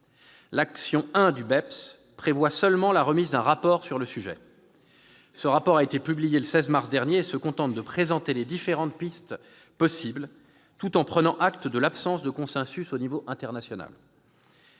L'action 1 du BEPS prévoit seulement la remise d'un rapport sur le sujet ; ce rapport a été publié le 16 mars dernier et se contente de présenter les différentes pistes possibles, tout en prenant acte de l'absence de consensus au niveau international.